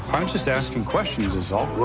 i'm just asking questions is all. well,